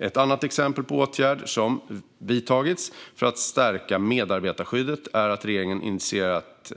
Ett annat exempel på åtgärd som vidtagits för att stärka medarbetarskyddet är att regeringen initierat